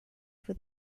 for